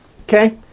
Okay